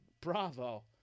bravo